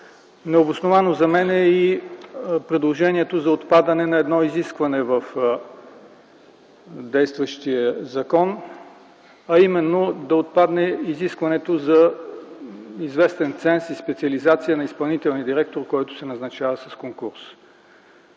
Необосновано за мен е и предложението за отпадане на едно изискване в действащия закон, а именно да отпадне изискването за известен ценз и специализация на изпълнителния директор, който се назначава с конкурс.